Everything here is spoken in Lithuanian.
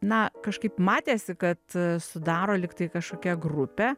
na kažkaip matėsi kad sudaro lyg tai kažkokią grupę